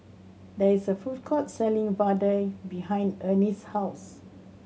there is a food court selling vadai behind Ernie's house